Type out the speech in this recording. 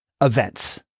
events